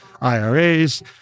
IRAs